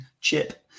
Chip